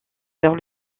vers